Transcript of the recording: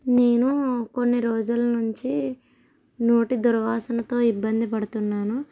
నేను కొన్ని రోజుల్నుంచి నోటి దుర్వాసనతో ఇబ్బంది పడుతున్నాను